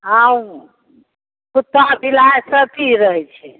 हँ कुत्ता बिलाइ सब चीज रहै छै